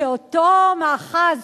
שאותו מאחז,